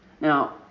Now